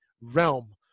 realm